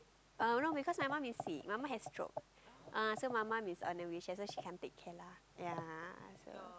uh no because my mum is sick my mum has stroke ah so my mum is on the wheelchair so she can't take care lah ya I also